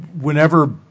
whenever